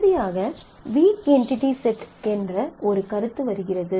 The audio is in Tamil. இறுதியாக வீக் என்டிடி செட் என்ற ஒரு கருத்து வருகிறது